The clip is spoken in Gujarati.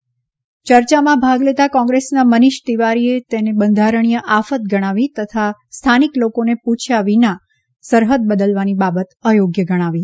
યર્યામાં ભાગ લેતા કોંગ્રેસના મીનષ તિવારીએ તેને બંધારણીય આફત ગણાવી તથા સ્થાનિક લોકોને પૂછ્યા વિના જ સરહદ બદલવાની બાબત અયોગ્ય ગણાવી